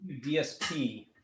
DSP